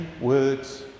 words